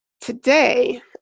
Today